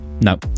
no